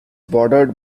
bordered